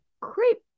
crepe